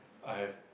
I have